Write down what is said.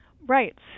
Right